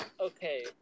okay